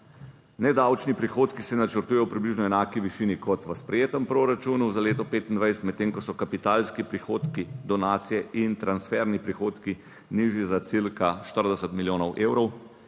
Nedavčni prihodki se načrtujejo v približno enaki višini kot v sprejetem proračunu za leto 2025, medtem ko so kapitalski prihodki, donacije in transferni prihodki nižji za cirka 40 milijonov evrov.